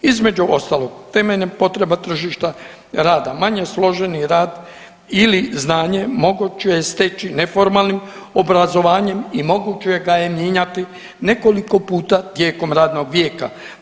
Između ostalog, temeljem potreba tržišta rada, manje složeni rad ili znanje moguće je steći neformalnim obrazovanjem i moguće da je mijenjati nekoliko puta tijekom radnog vijeka.